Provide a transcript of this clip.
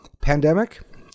Pandemic